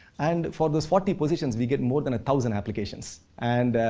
and for those forty positions, we get more than a thousand applications. and